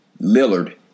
Lillard